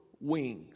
wings